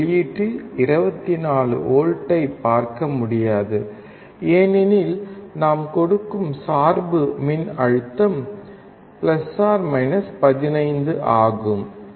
வெளியீட்டில் 24 V ஐப் பார்க்க முடியாது ஏனெனில் நாம் கொடுக்கும் சார்பு மின்னழுத்தம் 15 ஆகும்